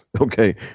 okay